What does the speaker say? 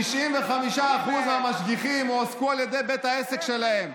כש-95% מהמשגיחים הועסקו על ידי בית העסק שלהם,